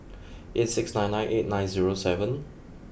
eight six nine nine eight nine zero seven